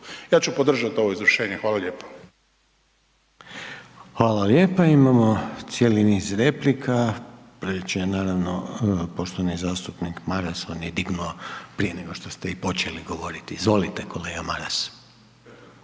Ja ću podržati ovo izvršenje. Hvala lijepa. **Reiner, Željko (HDZ)** Hvala lijepa. Imamo cijeli niz replika. Prvi će naravno poštovani zastupnik Maras, on je dignuo prije nego ste i počeli govoriti. Izvolite kolega Maras.